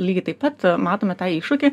lygiai taip pat matome tą iššūkį